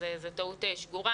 זאת טעות שגורה.